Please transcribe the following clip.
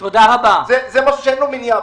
זה דבר שאין לו מניעה.